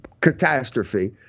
catastrophe